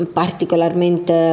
particolarmente